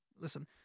listen